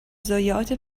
ضایعات